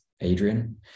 Adrian